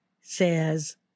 says